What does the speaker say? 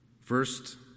First